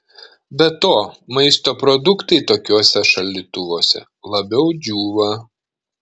be to maisto produktai tokiuose šaldytuvuose labiau džiūva